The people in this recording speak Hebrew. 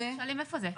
ואנחנו שואלים איפה זה?